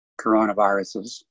coronaviruses